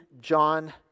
John